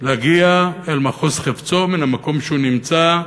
להגיע אל מחוז חפצו מהמקום שהוא נמצא,